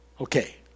Okay